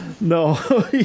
No